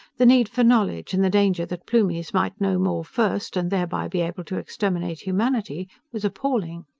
the need for knowledge, and the danger that plumies might know more first, and thereby be able to exterminate humanity, was appalling.